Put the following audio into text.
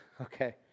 okay